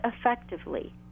effectively